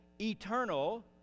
eternal